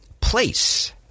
place